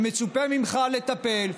ומצופה ממך לטפל.